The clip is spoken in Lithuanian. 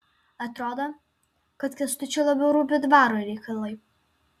atrodo kad kęstučiui labiau rūpi dvaro reikalai